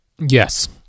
Yes